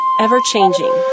ever-changing